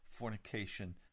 fornication